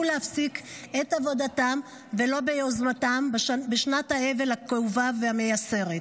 להפסיק את עבודתם ולא ביוזמתם בשנת האבל הכאובה והמייסרת.